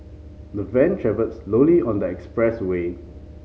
the van travelled slowly on the expressway